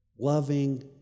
loving